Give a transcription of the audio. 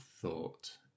thought